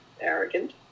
arrogant